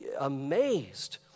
amazed